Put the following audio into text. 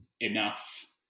enough